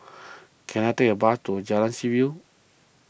can I take a bus to Jalan Seaview